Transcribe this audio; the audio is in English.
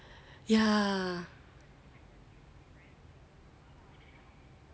yeah